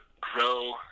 grow